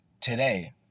Today